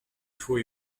faux